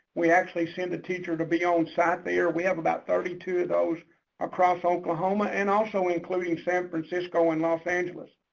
we actually send the teacher to be on-site there. we have about thirty two of those across oklahoma, and also including san francisco and los angeles.